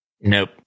Nope